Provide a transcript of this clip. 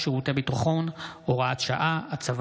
הצעת חוק שירותי ביטחון (הוראת שעה) (הצבת